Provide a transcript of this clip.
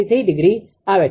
63° આવે છે